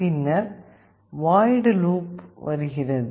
பின்னர் void loop வருகிறது